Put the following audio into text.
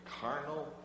carnal